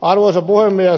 arvoisa puhemies